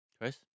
Chris